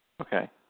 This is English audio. Okay